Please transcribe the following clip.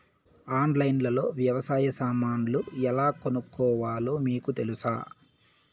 ఆన్లైన్లో లో వ్యవసాయ సామాన్లు ఎలా కొనుక్కోవాలో మీకు తెలుసా?